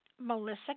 Melissa